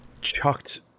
chucked